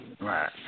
right